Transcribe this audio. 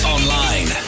Online